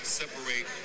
separate